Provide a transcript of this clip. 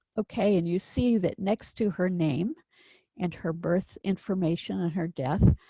okay. and you see that next to her name and her birth information and her death.